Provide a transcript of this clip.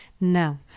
no